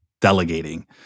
delegating